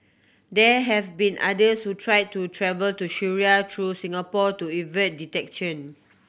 there have been others who tried to travel to Syria through Singapore to evade detection